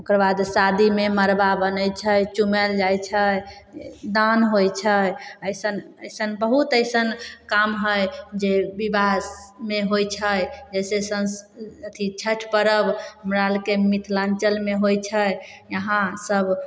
ओकरबाद शादीमे मड़बा बनै छै चुमायल जाइ छै दान होइ छै ऐसन ऐसन बहुत ऐसन काम हइ जे विवाहमे होइ छै जैसे अथी छठि पर्ब हमरा आरके मिथलाञ्चलमे होइ छै यहाँ सब